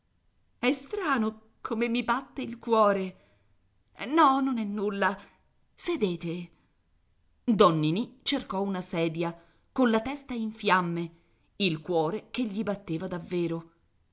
è strano come mi batte il cuore no non è nulla sedete don ninì cercò una sedia colla testa in fiamme il cuore che gli batteva davvero